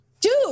Dude